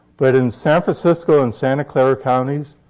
but in san francisco and santa clara counties,